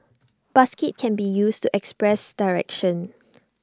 basket can be used to express direction